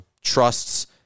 trusts